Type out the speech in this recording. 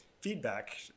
feedback